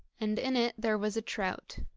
and in it there was a trout.